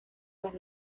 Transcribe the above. las